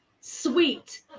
sweet